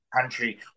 country